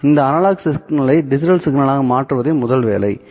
இந்த அனலாக் சிக்னலை டிஜிட்டல் சிக்னலாக மாற்றுவதே முதல் வேலை ஆகும்